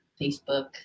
facebook